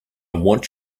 want